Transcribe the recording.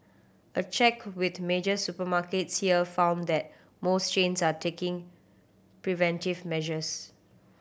a check with major supermarkets here found that most chains are taking preventive measures